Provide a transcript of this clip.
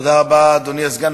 תודה רבה, אדוני הסגן.